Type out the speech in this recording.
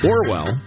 Orwell